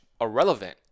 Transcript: irrelevant